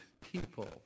people